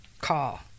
call